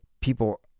people